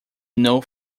not